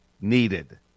needed